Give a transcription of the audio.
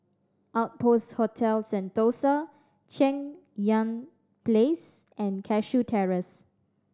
Outpost Hotel Sentosa Cheng Yan Place and Cashew Terrace